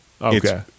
Okay